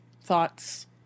Thoughts